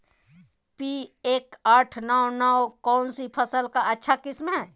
P एक आठ नौ नौ कौन सी फसल का अच्छा किस्म हैं?